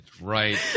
Right